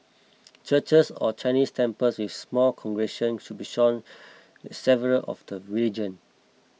churches or Chinese temples with small congregations should be sharing with several of the religion